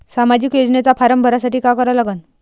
सामाजिक योजनेचा फारम भरासाठी का करा लागन?